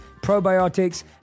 probiotics